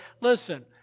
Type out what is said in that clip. listen